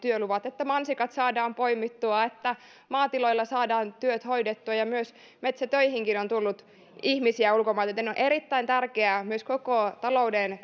ne työluvat että mansikat saadaan poimittua että maatiloilla saadaan työt hoidettua ja metsätöihinkin on tullut ihmisiä ulkomailta on erittäin tärkeää myös koko talouden